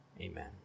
Amen